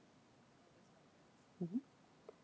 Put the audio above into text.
mmhmm